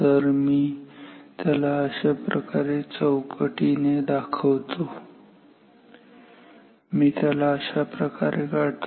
तर मी त्याला अशाप्रकारे चौकटीने दाखवतो मी त्याला अशा प्रकारे काढू शकतो